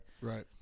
Right